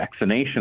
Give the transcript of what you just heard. vaccinations